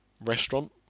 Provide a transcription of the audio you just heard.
restaurant